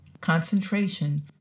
concentration